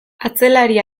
atzelari